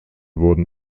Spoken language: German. wurden